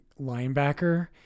linebacker